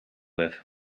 with